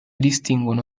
distinguono